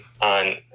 on